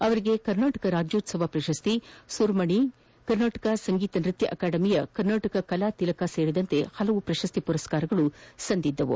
ಅವರಿಗೆ ಕರ್ನಾಟಕ ರಾಜ್ಯೋತ್ವವ ಪ್ರಶಸ್ತಿ ಸುರಮಣಿ ಕರ್ನಾಟಕ ಸಂಗೀತ ನೃತ್ಯ ಅಕಾಡೆಮಿಯ ಕರ್ನಾಟಕ ಕಲಾ ತಿಲಕ ಸೇರಿದಂತೆ ಹಲವು ಪ್ರಶಸ್ತಿ ಮರಸ್ಕಾರಗಳು ಸಂದಿದ್ದವು